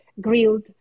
grilled